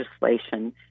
legislation